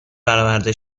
برآورده